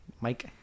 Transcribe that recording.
Mike